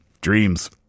Dreams